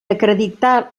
acreditar